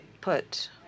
put